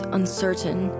uncertain